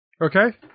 Okay